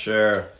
Sure